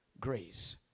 Grace